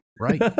Right